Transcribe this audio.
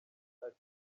ati